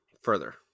further